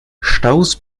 staus